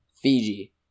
Fiji